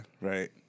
Right